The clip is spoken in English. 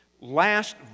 last